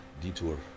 Detour